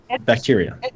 bacteria